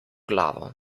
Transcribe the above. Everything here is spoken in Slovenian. glavo